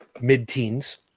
mid-teens